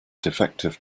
defective